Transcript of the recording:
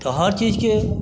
तऽ हर चीजके